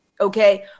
okay